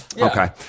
Okay